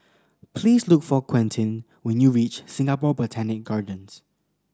please look for Quentin when you reach Singapore Botanic Gardens